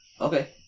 Okay